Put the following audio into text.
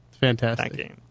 Fantastic